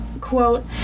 Quote